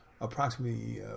approximately